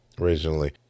originally